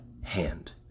Hand